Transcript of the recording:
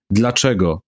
dlaczego